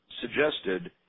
suggested